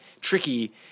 tricky